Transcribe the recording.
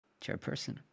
Chairperson